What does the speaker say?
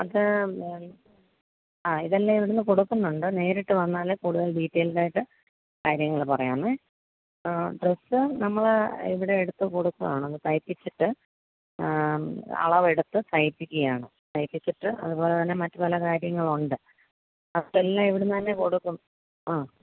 അപ്പം ആ ഇതെല്ലാം ഇവിടുന്ന് കൊടുക്കുന്നുണ്ട് നേരിട്ട് വന്നാലേ കൂടുതൽ ഡീറ്റെയിൽഡ് ആയിട്ട് കാര്യങ്ങൾ പറയാൻ ഡ്രസ്സ് നമ്മല ഇവിടെ എടുത്തു കൊടുക്കുവാണ് തയ്പ്പിച്ചിട്ട് അളവെടുത്ത് തയ്പ്പിക്കുകയാണ് തയ്പ്പിച്ചിട്ട് അതുപോലെ തന്നെ മറ്റ് പല കാര്യങ്ങളും ഉണ്ട് അതെല്ലാം ഇവിടുന്ന് തന്നെ കൊടുക്കും ആ